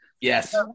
Yes